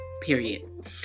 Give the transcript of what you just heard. period